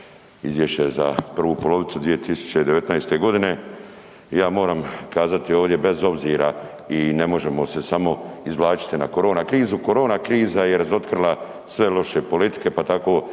izvješće za prvu polovicu 2019. godine i ja moram kazati ovdje bez obzira i ne možemo se samo izvlačiti na korona krizu, korona kriza je razotkrila sve loše politike pa tako